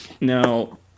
Now